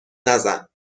نزن